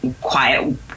quiet